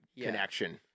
connection